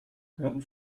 gehören